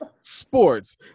sports